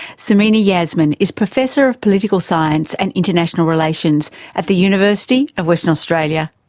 samina yasmeen is professor of political science and international relations at the university of western australia.